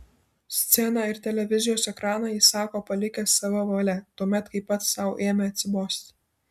sceną ir televizijos ekraną jis sako palikęs sava valia tuomet kai pats sau ėmė atsibosti